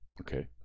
okay